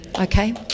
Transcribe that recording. okay